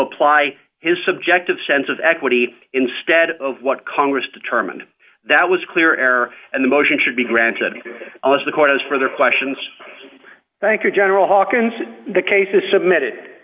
apply his subjective sense of equity instead of what congress determined that was clear error and the motion should be granted us the court is for their questions thank you general hawkins the case is submitted